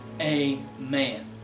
Amen